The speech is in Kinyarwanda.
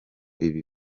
ibi